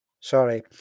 Sorry